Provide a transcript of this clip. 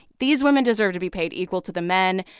these women deserve to be paid equal to the men.